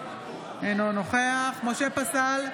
אינו נוכח משה פסל,